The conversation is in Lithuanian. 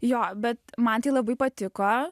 jo bet man tai labai patiko